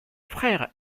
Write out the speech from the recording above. frère